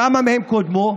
כמה מהם קודמו,